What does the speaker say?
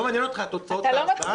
לא מעניין אותך תוצאות ההצבעה?